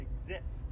exists